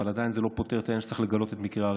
אבל עדיין זה לא פוטר את העניין שצריך לגלות את מקרה הרצח.